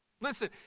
Listen